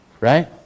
right